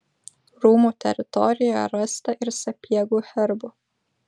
rūmų teritorijoje rasta ir sapiegų herbų